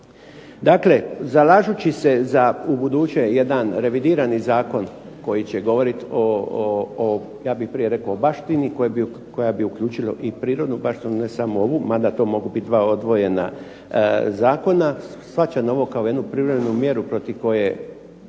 Dakle, zalažući se za ubuduće jedan revidirani zakon koji će govoriti o ja bih prije rekao baštini, koja bi uključilo i prirodnu baštinu, ne samo ovu, mada to mogu bit dva odvojena zakona, shvaćam ovo kao jednu privremenu mjeru protiv koje